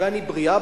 אני בריאה,